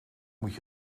moet